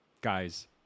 guys